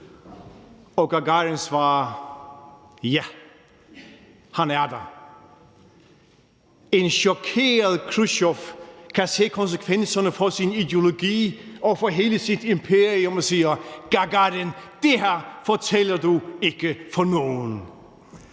Og Gagarin svarer: Ja, han er der. En chokeret Khrusjtjov kan se konsekvenserne for sin ideologi og for hele sit imperium og siger: Gagarin, det her fortæller du ikke til nogen!